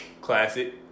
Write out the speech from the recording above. classic